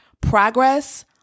progress